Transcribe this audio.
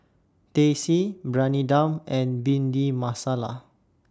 Teh C Briyani Dum and Bhindi Masala